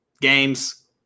games